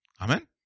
Amen